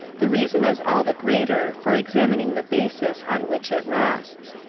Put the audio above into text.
the reason is all the greater for examining the basis on which it rests.